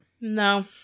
No